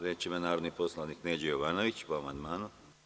Reč ima narodni poslanik Neđo Jovanović, po amandmanu.